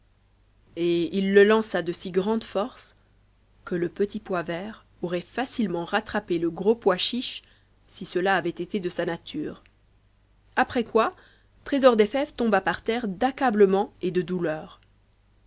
et il le lança de si grande force que le petit pois vert aurait facilement rattrapé le gros pois chiche si cela avait été de sa nature après quoi trésor des fèves tomba par terre d'accablement et de douleur